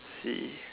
see